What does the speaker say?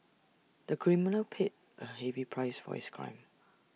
the criminal paid A heavy price for his crime